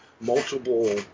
multiple